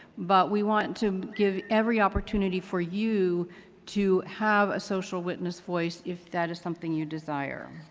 but we want to give every opportunity for you to have a social witness voice if that is something you desire.